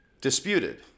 Disputed